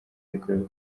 yakorewe